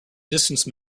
distance